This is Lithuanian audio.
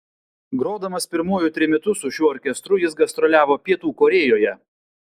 grodamas pirmuoju trimitu su šiuo orkestru jis gastroliavo pietų korėjoje